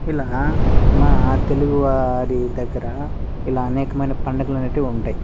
ఇలా మా తెలుగువారి దగ్గర ఇలా అనేకమైన పండుగలు అనేవి ఉంటాయి